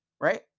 right